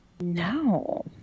No